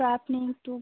তো আপনি একটু